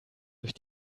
durch